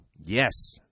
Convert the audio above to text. yes